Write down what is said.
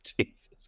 Jesus